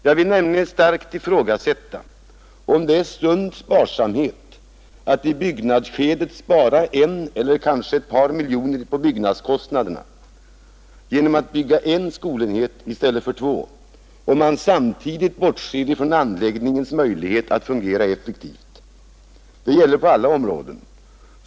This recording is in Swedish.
Jag vill nämligen starkt ifrågasätta om det är sund sparsamhet att i byggnadsskedet spara en eller kanske ett par miljoner kronor på byggnadskostnaderna genom att bygga en skolenhet i stället för två, om man samtidigt bortser från anläggningens möjlighet att fungera effektivt. Detta gäller på alla områden.